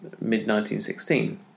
mid-1916